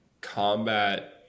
combat